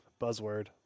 buzzword